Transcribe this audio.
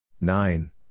Nine